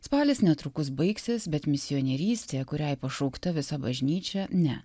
spalis netrukus baigsis bet misionierystė kuriai pašaukta visa bažnyčia ne